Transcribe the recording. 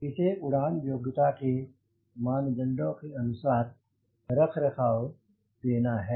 इसे उड़ान योग्यता के मानदंडों के अनुसार रखरखाव देना है